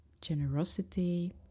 generosity